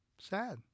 Sad